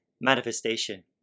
manifestation